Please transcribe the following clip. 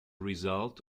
result